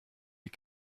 die